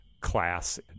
class